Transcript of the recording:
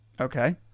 Okay